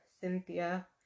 cynthia